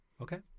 Okay